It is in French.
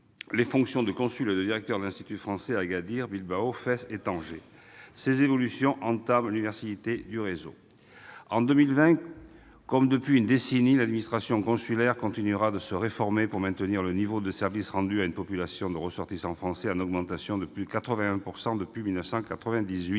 les fonctions de consul et de directeur de l'Institut français à Agadir, Bilbao, Fès et Tanger. Ces évolutions entament l'universalité du réseau. En 2020, comme depuis une décennie, l'administration consulaire continuera de se réformer pour maintenir le niveau de service rendu à une population de ressortissants français en augmentation continue de 81 % depuis 1998,